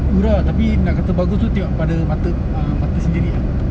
murah tapi nak kata bagus tu tengok pada mata uh mata sendiri ah